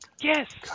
Yes